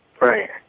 Right